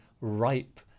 ripe